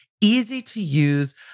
easy-to-use